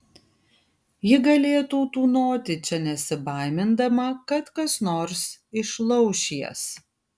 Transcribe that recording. ji galėtų tūnoti čia nesibaimindama kad kas nors išlauš jas